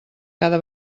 cada